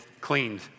cleaned